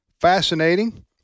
fascinating